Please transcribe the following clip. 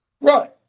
Right